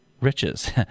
riches